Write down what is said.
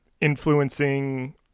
influencing